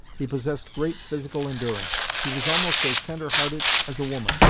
he possessed great physical endurance. he was almost as tender-hearted as a woman.